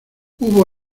hubo